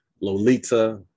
Lolita